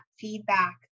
feedback